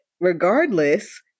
regardless